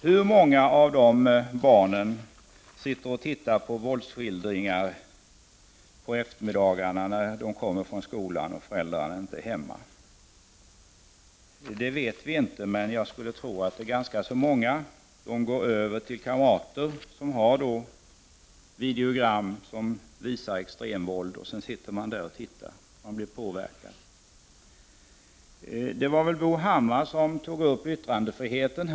Hur många av dessa barn sitter och tittar på våldsskildringar på eftermiddagarna när de kommer från skolan och föräldrarna inte är hemma? Det vet vi inte, men jag skulle tro att det är ganska många som går hem till kamrater och tittar på videogram med extremvåld och påverkas av detta. Jag tror att det var Bo Hammar som tog upp frågan om yttrandefriheten.